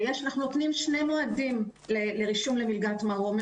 אנחנו נותנים שני מועדים לרישום למלגת מרום.